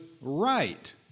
right